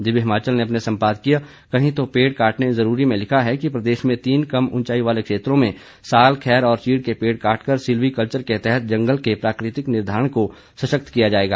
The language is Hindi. दिव्य हिमाचल ने अपने संपादकीय कहीं तो पेड़ काटने जरूरी में लिखा है कि प्रदेश में तीन कम उंचाई वाले क्षेत्रों में साल खैर और चीढ़ के पेड़ काटकर सिल्वी कल्वर के तहत जंगल के प्राकृतिक निर्धारण को सशक्त किया जाएगा